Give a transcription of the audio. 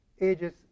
Ages